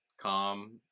calm